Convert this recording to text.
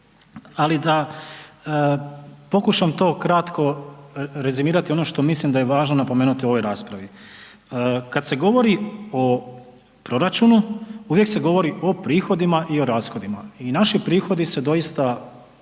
Ali da pokušam to kratko rezimirati ono što mislim da je važno napomenuti u ovoj raspravi. Kada se govorio o proračunu uvijek se govori o prihodima i o rashodima i naši prihodi su doista dobri